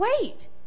Wait